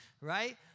right